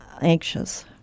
anxious